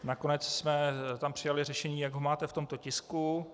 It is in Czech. Nakonec jsme přijali řešení, jak ho máte v tomto tisku.